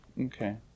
Okay